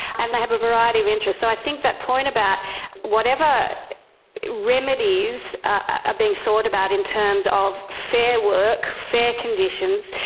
and they have a variety of interests. so i think that point about whatever remedies are ah being thought about in terms of fair work, fair conditions,